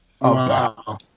Wow